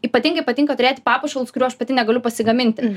ypatingai patinka turėti papuošalus kurių aš pati negaliu pasigaminti